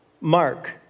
Mark